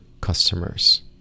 customers